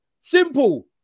Simple